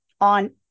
on